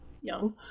young